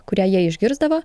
kurią jie išgirsdavo